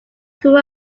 grew